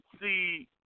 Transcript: see